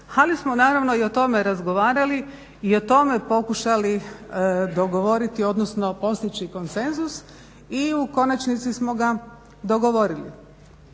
ali smo naravno i o tome razgovarali i o tome pokušali dogovoriti odnosno postići konsenzus i u konačnici smo ga dogovorili.